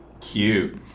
Cute